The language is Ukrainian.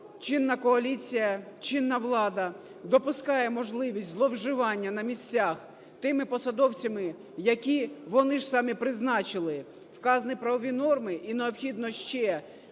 чинна коаліція, чинна влада допускає можливість зловживання на місцях тими посадовцями, які вони ж самі призначили, вказані правові норми, і необхідно ще